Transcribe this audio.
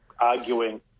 arguing